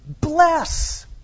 bless